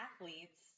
athletes